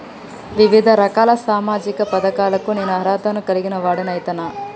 వివిధ రకాల సామాజిక పథకాలకు నేను అర్హత ను కలిగిన వాడిని అయితనా?